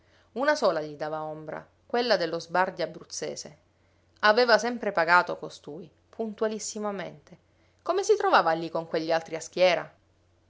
una sola gli dava ombra quella dello sbardi abruzzese aveva sempre pagato costui puntualissimamente come si trovava lì con quegli altri a schiera